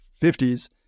50s